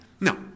No